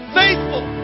faithful